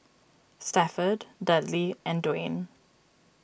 Stafford Dudley and Dwain